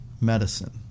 medicine